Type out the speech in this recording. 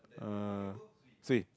uh swee